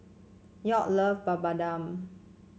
York love Papadum